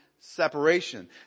separation